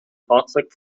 fahrzeug